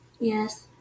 Yes